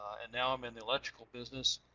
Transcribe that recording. and now i'm in the electrical business,